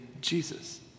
Jesus